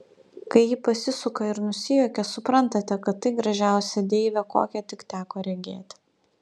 kai ji pasisuka ir nusijuokia suprantate kad tai gražiausia deivė kokią tik teko regėti